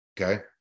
okay